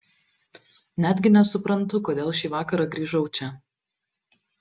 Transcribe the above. netgi nesuprantu kodėl šį vakarą grįžau čia